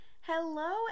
Hello